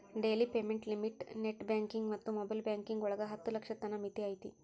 daily payment limit net banking ಮತ್ತ mobile banking ಒಳಗ ಹತ್ತ ಲಕ್ಷದ್ ತನ ಮಿತಿ ಐತಿ